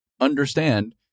understand